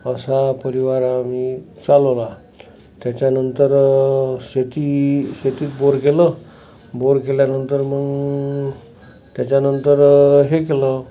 असा परिवार आम्ही चालवला त्याच्यानंतर शेती शेतीत बोर केलं बोर केल्यानंतर मग त्याच्यानंतर हे केलं